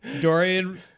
Dorian